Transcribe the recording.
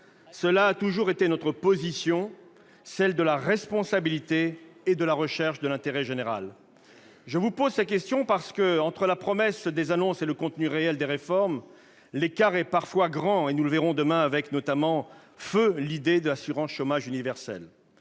Cela a toujours été notre position, celle de la responsabilité et de la recherche de l'intérêt général. Je vous pose ces questions, parce que, entre la promesse des annonces et le contenu réel des réformes, l'écart est parfois grand- nous le verrons par exemple demain avec feu l'idée d'une assurance chômage universelle